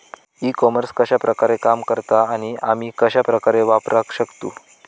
E commerce कश्या प्रकारे काम करता आणि आमी कश्या प्रकारे वापराक शकतू?